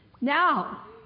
Now